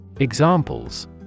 Examples